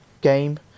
game